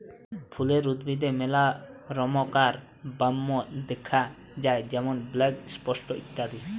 ফুলের উদ্ভিদে মেলা রমকার ব্যামো দ্যাখা যায় যেমন ব্ল্যাক স্পট ইত্যাদি